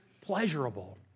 pleasurable